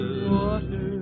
water